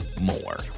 more